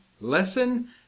Lesson